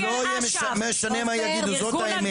לא משנה מה יגידו, זאת האמת.